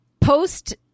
post